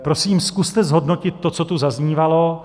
Prosím, zkuste zhodnotit to, co tu zaznívalo.